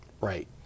Right